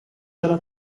della